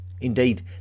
Indeed